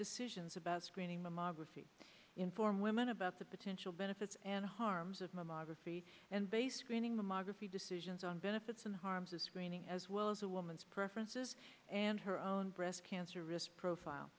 decisions about screening mammography inform women about the potential benefits and harms of mammography and based greening the margraf e decisions on benefits and harms of screening as well as a woman's preferences and her own breast cancer risk profile